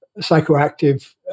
psychoactive